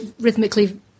rhythmically